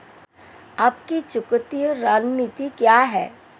आपकी चुकौती रणनीति क्या है?